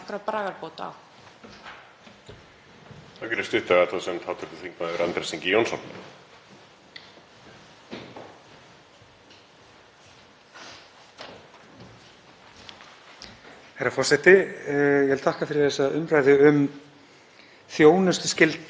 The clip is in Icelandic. Þetta snýst um að það